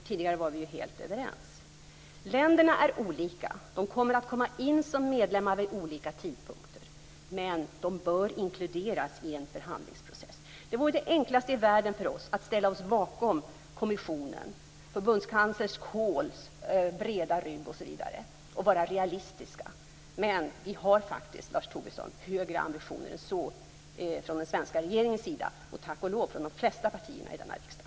Tidigare var vi ju helt överens. Länderna är olika. De kommer att komma in som medlemmar vid olika tidpunkter. Men de bör inkluderas i en förhandlingsprocess. Det vore den enklaste sak i världen för oss att ställa oss bakom kommissionen, att ställa oss bakom förbundskansler Kohls breda rygg, och vara realistiska. Men vi har faktiskt, Lars Tobisson, högre ambitioner än så från den svenska regeringens sida - och tack och lov från de flesta partierna i denna riksdag.